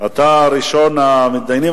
אתה ראשון המתדיינים.